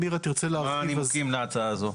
מה הנימוקים שלכם להצעה הזאת?